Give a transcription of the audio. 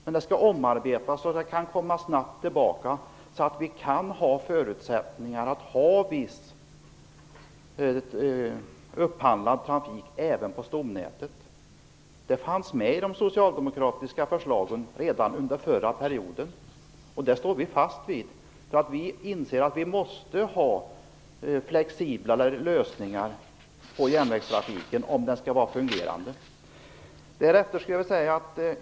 Det skall omarbetas snabbt så att det finns förutsättningar till viss upphandling även på stomnätet. Detta fanns med i de socialdemokratiska förslagen redan under den förra mandatperioden. Vi inser att man måste ha flexiblare lösningar för järnvägstrafiken om den skall fungera.